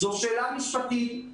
זאת שאלה משפטית.